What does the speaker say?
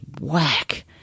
whack